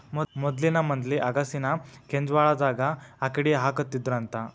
ಮೊದ್ಲಿನ ಮಂದಿ ಅಗಸಿನಾ ಕೆಂಜ್ವಾಳದಾಗ ಅಕ್ಡಿಹಾಕತ್ತಿದ್ರಂತ